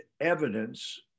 evidence